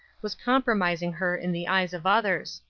was compromising her in the eyes of others.